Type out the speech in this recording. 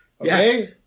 Okay